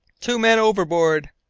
two men overboard!